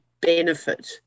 benefit